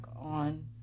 on